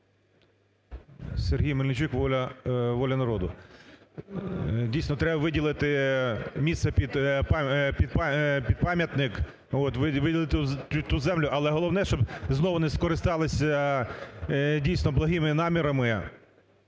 Сергій Мельничук, "Воля народу". Дійсно, треба виділити місце під пам'ятник, от виділити ту землю, але головне, щоб знову не скористалися, дійсно, благими намірами